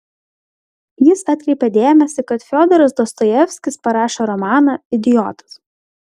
jis atkreipė dėmesį kad fiodoras dostojevskis parašė romaną idiotas